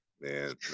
man